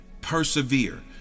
persevere